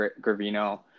Gravino